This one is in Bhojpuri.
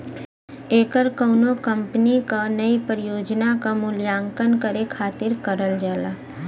ऐकर कउनो कंपनी क नई परियोजना क मूल्यांकन करे खातिर करल जाला